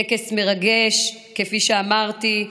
טקס מרגש, כפי שאמרתי,